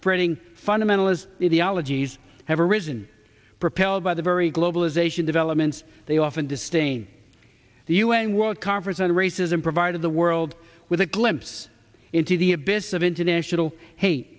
spreading fundamentalists the ologies have arisen propelled by the very globalization developments they often disdain the u n world conference on racism provided the world with a glimpse into the abyss of international h